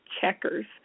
checkers